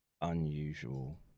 unusual